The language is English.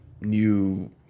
new